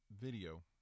video